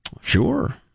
Sure